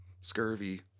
scurvy